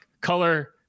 color